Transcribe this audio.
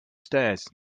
stairs